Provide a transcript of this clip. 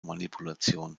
manipulation